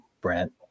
Brent